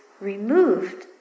removed